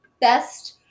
best